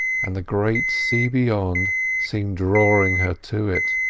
and the great sea beyond seemed drawing her to it.